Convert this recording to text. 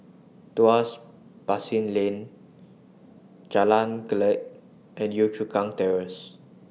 Tuas Basin Lane Jalan Kledek and Yio Chu Kang Terrace